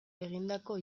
egindako